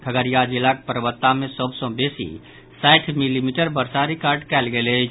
खगड़िया जिलाक परबत्ता मे सभ सँ बेसी साठि मिलीमीटर बर्षा रिकॉर्ड कयल गेल अछि